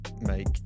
make